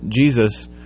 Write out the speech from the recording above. Jesus